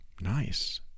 nice